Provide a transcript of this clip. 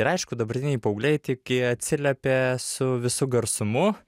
ir aišku dabartiniai paaugliai tik i atsiliepia su visu garsumu